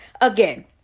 again